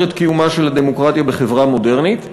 את קיומה של הדמוקרטיה בחברה מודרנית.